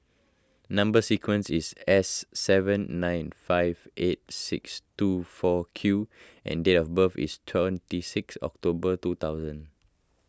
Number Sequence is S seven nine five eight six two four Q and date of birth is twenty six October two thousand